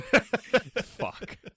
Fuck